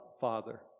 Father